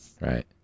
Right